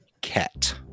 cat